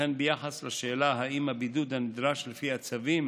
וכן ביחס לשאלה אם הבידוד הנדרש לפי הצווים